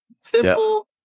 simple